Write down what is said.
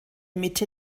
mitte